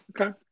Okay